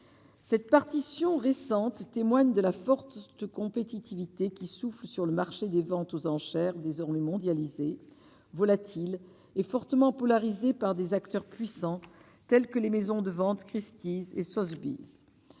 cette partition récentes témoignent de la forte de compétitivité qui souffle sur le marché des ventes aux enchères désormais mondialisée volatile et fortement polarisé par des acteurs puissants tels que les maisons de vente Christie's et sothebys